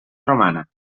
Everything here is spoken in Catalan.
romana